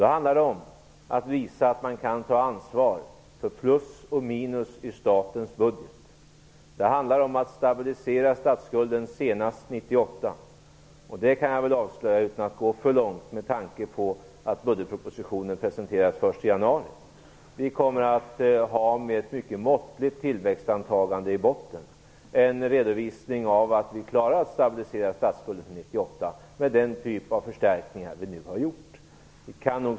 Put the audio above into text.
Då handlar det om att visa att man kan ta ansvar för plus och minus i statens budget. Det handlar om att stabilisera statsskulden senast 1998. Jag kan avslöja, utan att gå för långt med tanke på att budgetpropositionen presenteras först i januari, att vi kommer att ha ett mycket måttligt tillväxtantagande i botten, en redovisning av att vi klarar att stabilisera statsskulden till 1998 med den typ av förstärkningar som vi nu har gjort.